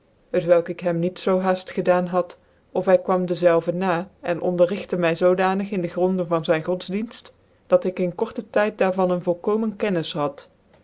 vc k ik hem niet zoo hat gedaan had ofhy quam dezelve na en onderrigte my zodanig in de gronden van zyn godsdicnit dat ik in korte tyd daar van een volkomen kennis had